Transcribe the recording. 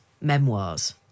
memoirs